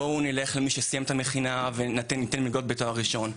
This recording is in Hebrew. בואו נלך למי שסיים את המכינה וניתן מלגות בתואר ראשון,